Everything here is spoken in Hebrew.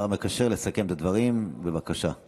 הגעתי לכאן מנקודה, בושה וחרפה.